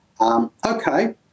Okay